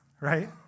right